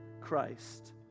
Christ